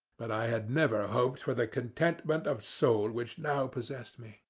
but i had never hoped for the contentment of soul which now possessed me.